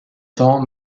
temps